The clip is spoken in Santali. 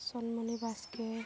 ᱥᱚᱱᱢᱚᱱᱤ ᱵᱟᱥᱠᱮ